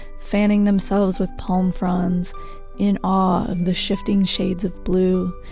fanning themselves with palm fronds in awe of the shifting shades of blue,